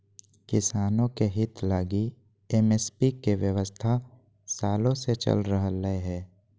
किसानों के हित लगी एम.एस.पी के व्यवस्था सालों से चल रह लय हें